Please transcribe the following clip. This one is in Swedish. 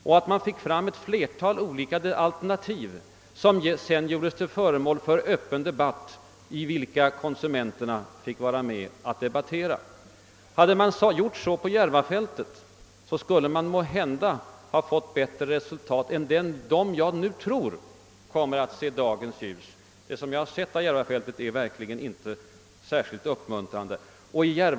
Då skulle man få fram ett flertal alternativ som kunde göras till föremål för en öppen debatt där konsumenterna fick vara med. Om man hade förfarit på det sättet beträffande Järvafältet, skulle resultatet måhända ha blivit bättre än det som nu kommer att förverkligas — vad jag hittills har kunnat studera av bebyggelsen där är inte särskilt uppmuntrande.